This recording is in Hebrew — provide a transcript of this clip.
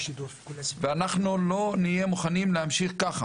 אנחנו לא נהיה מוכנים להמשיך ככה.